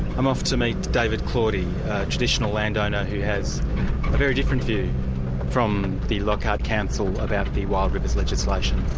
i'm off to meet david claudie, a traditional landowner who has a very different view from the lockhart council about the wild rivers legislation.